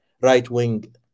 right-wing